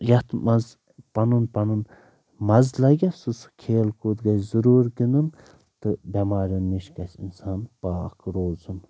یتھ منٛز پنُن پنُن مزٕ لگیٚس سُہ سُہ کھیل کوٗد گژھِ ضروٗر گندُن تہٕ بٮ۪مارو نِش گژھِ انسان پاک روزُن